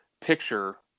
picture